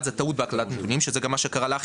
זה טעות בהקלדת נתונים שזה גם מה שקרה לך,